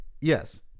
Yes